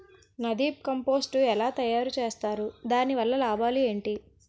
NADEP compost ఎలా తయారు చేస్తారు? దాని వల్ల లాభాలు ఏంటి?